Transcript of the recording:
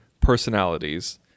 personalities